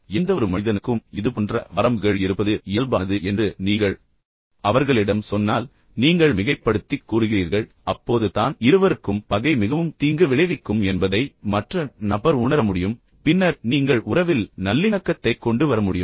எந்தவொரு மனிததினம் ும் இதுபோன்ற வரம்புகள் இருப்பது இயல்பானது என்று நீங்கள் அவர்களிடம் சொன்னால் நீங்கள் மிகைப்படுத்திக் கூறுகிறீர்கள் அப்போது தான் இருவருக்கும் பகை மிகவும் தீங்கு விளைவிக்கும் என்பதை மற்ற நபர் உணர முடியும் பின்னர் நீங்கள் உறவில் நல்லிணக்கத்தைக் கொண்டுவர முடியும்